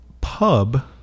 pub